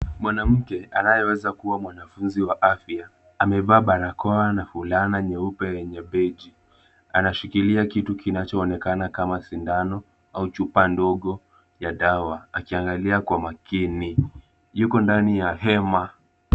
Mwanamke anayeweza kuwa mwanafunzi wa afya amevaa barakoa na fulana nyeupe yenye beji. Anashikilia kitu kinachoonekana kama sindano au chupa ndogo ya dawa akiangalia kwa makini. Yuko ndani ya hema.